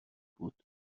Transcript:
بود